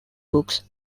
books